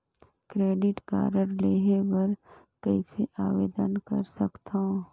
Credit card लेहे बर कइसे आवेदन कर सकथव?